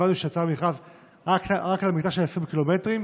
הבנו שיצא מכרז רק למקטע של 20 הקילומטרים.